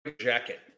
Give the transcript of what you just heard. jacket